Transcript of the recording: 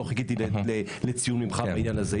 לא חיכיתי לציון ממך בעניין הזה.